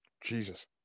Jesus